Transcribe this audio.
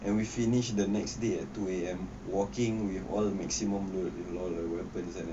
and we finish the next day at two A_M working with all the maximum load with all weapons and